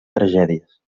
tragèdies